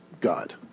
God